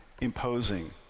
imposing